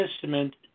Testament